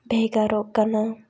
ᱵᱷᱮᱜᱟᱨᱚᱜ ᱠᱟᱱᱟ